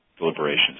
deliberations